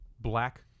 black